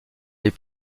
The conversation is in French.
les